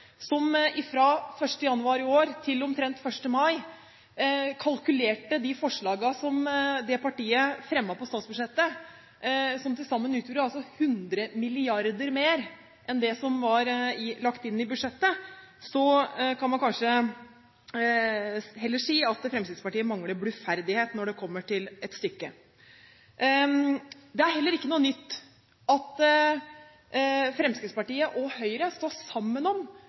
som lederen i finanskomiteen kaller det, der man fra 1. januar i år til omtrent 1. mai har kalkulert forslagene som det partiet har fremmet i forbindelse med statsbudsjettet, som til sammen utgjorde 100 mrd. kr mer enn det som var lagt inn i budsjettet, kan man kanskje heller si at Fremskrittspartiet mangler bluferdighet når det kommer til stykket. Det er heller ikke noe nytt at Fremskrittspartiet og Høyre står